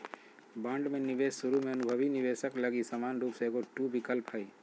bond में निवेश शुरु में अनुभवी निवेशक लगी समान रूप से एगो टू विकल्प हइ